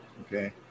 okay